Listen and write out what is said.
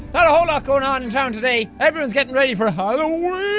not a whole lot going on in town today. everyone's getting ready for halloweeeeeeeen!